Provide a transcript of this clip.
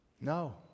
no